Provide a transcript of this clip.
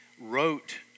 wrote